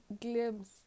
glimpse